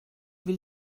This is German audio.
will